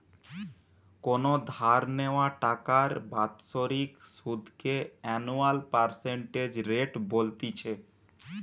কোনো ধার নেওয়া টাকার বাৎসরিক সুধ কে অ্যানুয়াল পার্সেন্টেজ রেট বলতিছে